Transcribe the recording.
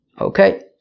Okay